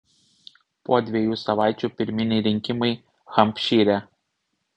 po dviejų savaičių pirminiai rinkimai hampšyre